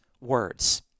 words